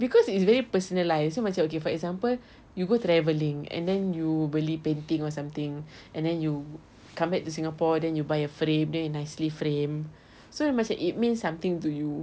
because it's very personalised so macam okay for example you go travelling and then you beli painting or something and then you come back to singapore then you buy a frame then you nicely frame so macam it means something to you